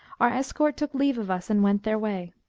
our escort took leave of us and went their way.